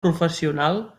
professional